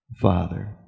Father